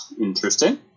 Interesting